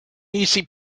easy